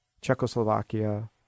Czechoslovakia